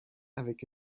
avec